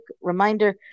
reminder